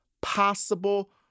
possible